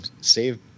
save